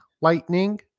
lightning